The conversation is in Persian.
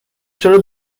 چرا